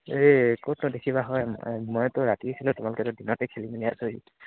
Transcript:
এই ক'তনো দেখিবা হয় মইতো ৰাতিহে খেলোঁ তোমালোকতো দিনতে খেলি মেলি আজৰি